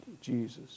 Jesus